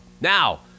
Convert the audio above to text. Now